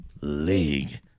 League